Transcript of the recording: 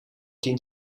tien